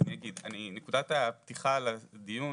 נקודת הפתיחה לדיון,